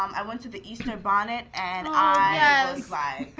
um i went to the easter bonnet, and i was like,